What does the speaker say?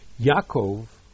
Yaakov